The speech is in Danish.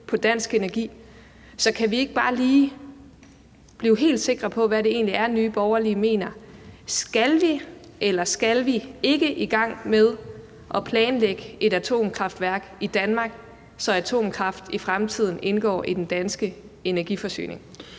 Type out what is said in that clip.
på dansk energi. Så kan vi ikke bare lige blive helt sikre på, hvad det egentlig er, Nye Borgerlige mener? Skal vi, eller skal vi ikke i gang med at planlægge et atomkraftværk i Danmark? Altså, skal atomkraft i fremtiden indgå i den danske energiforsyning?